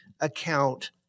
account